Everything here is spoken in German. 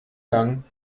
lang